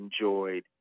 enjoyed